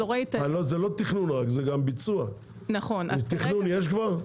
זה לא רק תכנון, אלא גם ביצוע, יש כבר תכנון?